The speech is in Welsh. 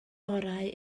orau